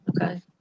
Okay